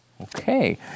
Okay